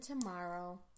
tomorrow